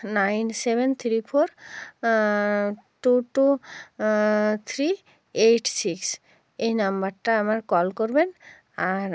nine seven three four two two three eight six এই নম্বরটা আমার কল করবেন আর